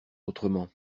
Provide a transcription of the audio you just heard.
autrement